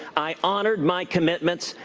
i honored my commitments,